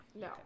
No